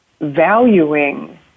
valuing